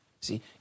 see